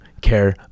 care